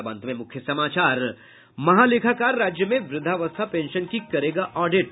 और अब अंत में मुख्य समाचार महालेखाकार राज्य में व्रद्धावस्था पेंशन की करेगा ऑडिट